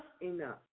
enough